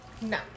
No